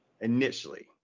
initially